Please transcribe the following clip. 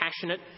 passionate